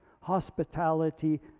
Hospitality